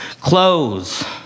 clothes